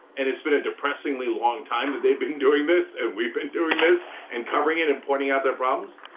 and it's been a depressingly long time that they've been doing this and we've been doing this and covering it and pointing out their problems,